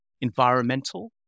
environmental